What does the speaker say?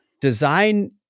Design